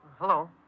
Hello